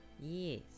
Yes